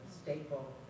staple